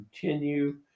continue